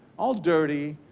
all dirty,